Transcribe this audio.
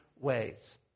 ways